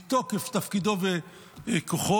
מתוקף תפקידו וכוחו,